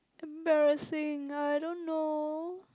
embarrassing I don't know